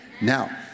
now